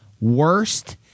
worst